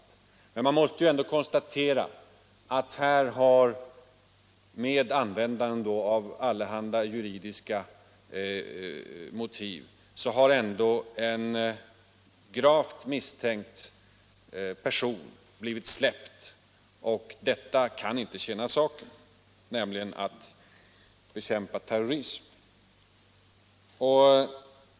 Men jag måste ändå Om råvarutillgång konstatera att här har Frankrike, med användande av allehanda juridiska en för vissa sågverk motiv, släppt en gravt misstänkt person. Detta kan inte tjäna saken, i Norrlands inland nämligen bekämpandet av terrorism.